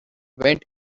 went